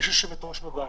יש יושבת-ראש בבית.